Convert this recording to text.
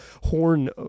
horn